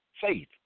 faith